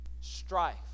strife